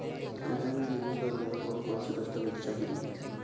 कृषि ऋण मिलही बर मोला कोन कोन स दस्तावेज चाही रही?